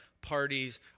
parties